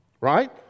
Right